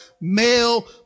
male